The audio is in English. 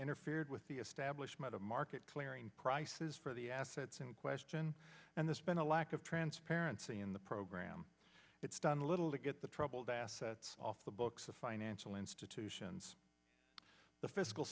interfered with the establishment of market clearing price is for the assets in question and this been a lack of transparency in the program it's done little to get the troubled assets off the books of financial institutions the fiscal